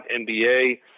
NBA